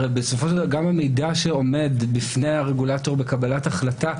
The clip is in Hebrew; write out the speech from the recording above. הרי גם המידע שעומד בפני הרגולטור בקבלת החלטה,